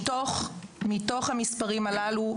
מתוך המספרים הללו,